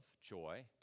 joy